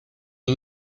une